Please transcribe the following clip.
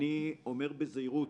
אני אומר בזהירות,